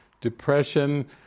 depression